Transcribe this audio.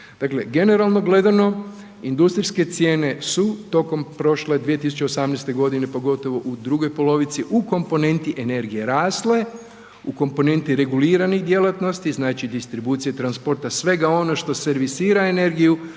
generalno gledano, industrijske cijene su tokom prošle 2018. g. pogotovo u drugoj polovici u komponenti energija rasle, u komponenti reguliranih djelatnosti, znači distribucija transporta, svega ono što servisira energiju,